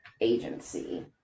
agency